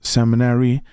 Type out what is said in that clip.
Seminary